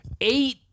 Eight